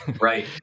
Right